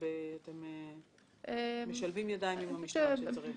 אתם משלבים ידיים עם המשטרה כשצריך?